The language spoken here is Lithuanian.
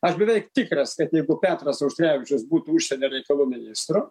aš beveik tikras kad jeigu petras auštrevičius būtų užsienio reikalų ministru